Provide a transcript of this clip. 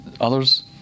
others